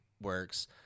works